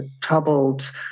troubled